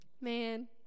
man